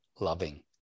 loving